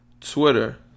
Twitter